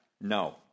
No